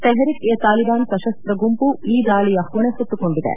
ತೆಹರಿಕ್ ಎ ತಾಲಿಬಾನ್ ಸಶಸ್ತ ಗುಂಪು ಈ ದಾಳಿಯ ಹೊಣೆ ಹೊತ್ತುಕೊಂಡಿದೆ